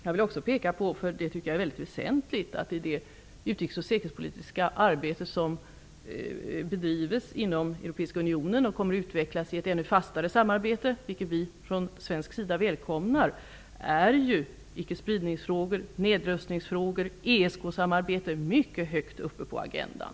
Jag vill peka på något mycket väsentligt: I det utrikes och säkerhetspolitiska arbete som bedrivs inom Europeiska unionen och som kommer att utvecklas till ett ännu fastare samarbete, vilket vi från svensk sida välkomnar, står ickespridningsfrågor, nedrustningsfrågor och ESK samarbete mycket högt upp på agendan.